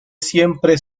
siempre